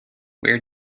where